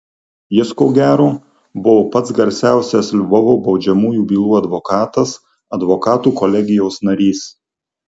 jis ko gero buvo pats garsiausias lvovo baudžiamųjų bylų advokatas advokatų kolegijos narys